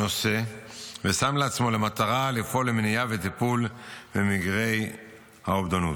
ושם לעצמו למטרה לפעול למניעה וטיפול במקרי האובדנות.